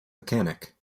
mechanic